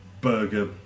burger